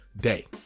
day